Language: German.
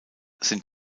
sind